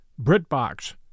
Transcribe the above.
BritBox